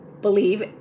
believe